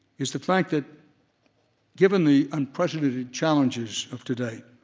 is the fact that given the unprecedented challenges of today,